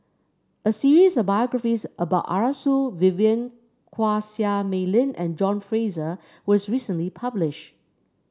a series of biographies about Arasu Vivien Quahe Seah Mei Lin and John Fraser was recently publish